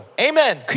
Amen